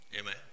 Amen